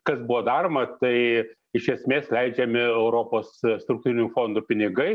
kas buvo daroma tai iš esmės leidžiami europos struktūrinių fondų pinigai